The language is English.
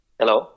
hello